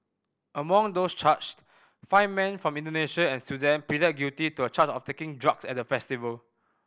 among those charged five men from Indonesia and Sudan pleaded guilty to a charge of taking drug at the festival